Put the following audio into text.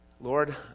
Lord